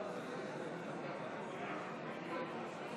50,